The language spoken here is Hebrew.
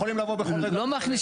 יכולים לבוא בכל רגע --- ולשלם.